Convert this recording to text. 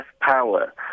power